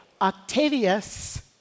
Octavius